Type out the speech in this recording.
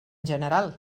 general